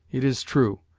it is true,